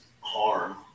harm